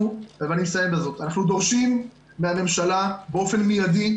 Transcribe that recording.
אנחנו דורשים מהממשלה באופן מיידי,